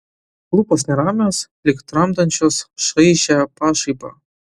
lūpos neramios lyg tramdančios šaižią pašaipą